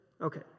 Okay